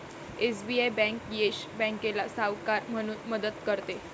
SBI bank Yes बँकेला सावकार म्हणून मदत करते